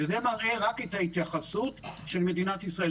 זה מראה רק את ההתייחסות של מדינת ישראל.